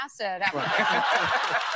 acid